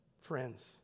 Friends